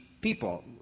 people